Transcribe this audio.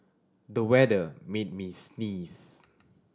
the weather made me sneeze